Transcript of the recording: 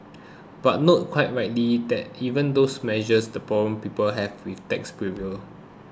but noted quite rightly that even with those measures the problems people have with taxis prevailed